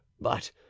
But